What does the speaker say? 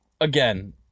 again